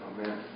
Amen